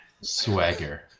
Swagger